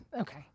Okay